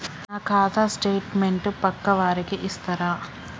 నా ఖాతా స్టేట్మెంట్ పక్కా వారికి ఇస్తరా?